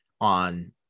on